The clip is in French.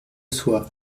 soi